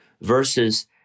versus